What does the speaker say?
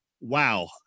wow